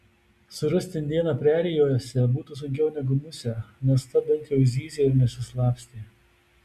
surasti indėną prerijose būtų sunkiau negu musę nes ta bent jau zyzė ir nesislapstė